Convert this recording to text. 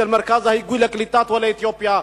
של מרכז ההיגוי לקליטת עולי אתיופיה,